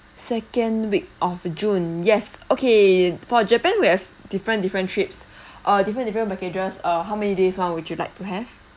second week of june yes okay for japan we have different different trips uh different different packages uh how many days [one] would you like to have